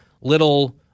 little